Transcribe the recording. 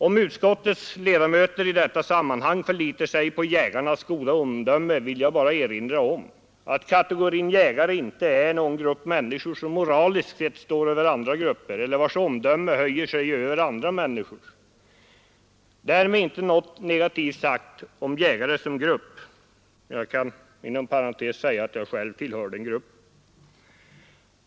Om utskottets ledamöter i detta sammanhang förlitar sig på jägarnas goda omdöme, vill jag bara erinra om att kategorin jägare inte är någon grupp människor som moraliskt sett står över andra grupper eller vilkas omdöme höjer sig över andra människors. Därmed inte något negativt sagt om jägare som grupp — jag kan inom parentes nämna att jag själv tillhör den gruppen.